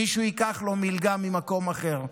מישהו ייקח לו מלגה ממקום אחר,